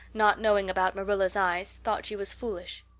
not knowing about marilla's eyes, thought she was foolish.